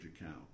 account